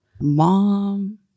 mom